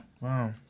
wow